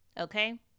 Okay